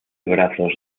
brazos